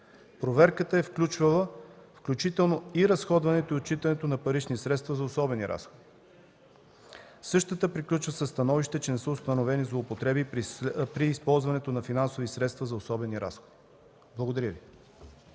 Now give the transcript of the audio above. Проверката е включвала разходването и отчитането на парични средства за особени разходи. Същата приключва със становище, че не са установени злоупотреби при използването на финансови средства за особени разходи. Благодаря Ви.